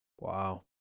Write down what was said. wow